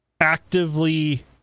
actively